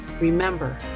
Remember